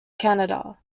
canada